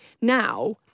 now